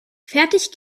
fertig